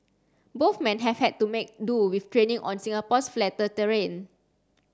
both men have had to make do with training on Singapore's flatter terrain